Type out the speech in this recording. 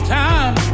time